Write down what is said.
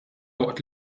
waqt